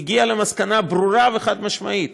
הגיעו למסקנה ברורה וחד-משמעית,